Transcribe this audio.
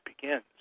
begins